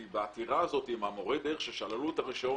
כי בעתירה עם המורה דרך ששללו לו את הרישיון,